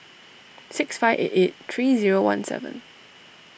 six five eight eight three zero one seven